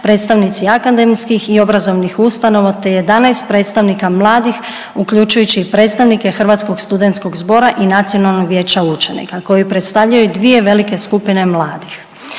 predstavnici akademskih i obrazovnih ustanova te 11 predstavnika mladih, uključujući i predstavnike Hrvatskog studentskog zbora i Nacionalnog vijeća učenika koji predstavljaju dvije velike skupine mladih.